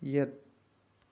ꯌꯦꯠ